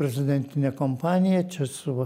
prezidentinė kompanija čia su va